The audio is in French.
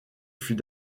fut